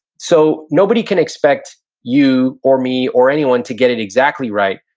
so nobody can expect you, or me or anyone to get it exactly right.